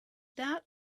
that